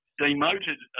demoted